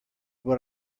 what